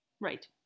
right